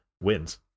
wins